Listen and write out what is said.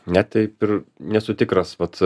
ne taip ir nesu tikras pats